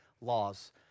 laws